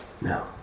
No